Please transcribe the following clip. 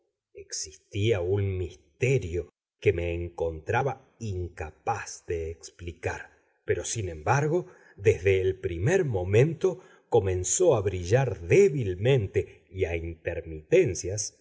existía un misterio que me encontraba incapaz de explicar pero sin embargo desde el primer momento comenzó a brillar débilmente y a intermitencias